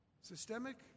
Systemic